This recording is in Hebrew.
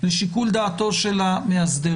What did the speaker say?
לשיקול דעת המאסדר.